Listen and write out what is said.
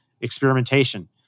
experimentation